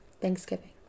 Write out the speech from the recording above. Thanksgiving